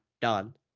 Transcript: done